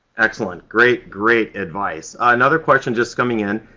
excellent. great, great advice. another question just coming in.